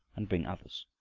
and bring others.